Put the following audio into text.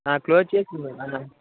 close చేసి ఇవాలా